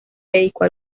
dedicó